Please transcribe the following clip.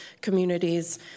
communities